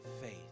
faith